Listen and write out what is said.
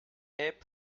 app